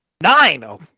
nine